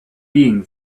being